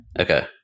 Okay